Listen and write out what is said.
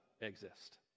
exist